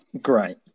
Great